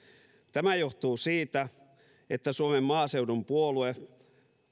tämä johtuu siitä että suomen maaseudun puolue